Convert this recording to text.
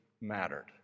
mattered